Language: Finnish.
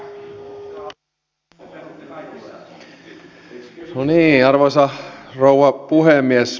arvoisa rouva puhemies